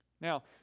Now